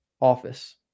office